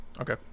okay